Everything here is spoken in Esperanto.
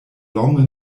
longe